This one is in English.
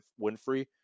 Winfrey